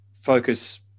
focus